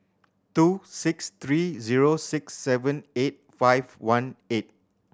two six three zero six seven eight five one eight